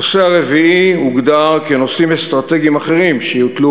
הנושא הרביעי הוגדר כנושאים אסטרטגיים אחרים שיוטלו